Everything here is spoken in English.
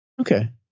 Okay